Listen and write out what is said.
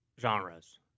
genres